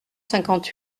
cinquante